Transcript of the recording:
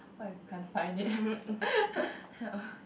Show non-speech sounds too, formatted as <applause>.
what if we can't find it <laughs>